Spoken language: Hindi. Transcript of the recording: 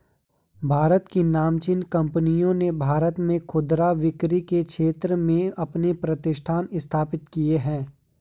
भारत की नामचीन कंपनियों ने भारत में खुदरा बिक्री के क्षेत्र में अपने प्रतिष्ठान स्थापित किए हैं